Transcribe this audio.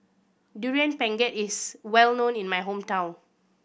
Durian Pengat is well known in my hometown